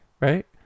right